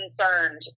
concerned